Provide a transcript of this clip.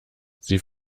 sie